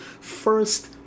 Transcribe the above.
First